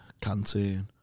Canteen